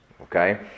okay